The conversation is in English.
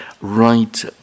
right